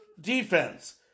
defense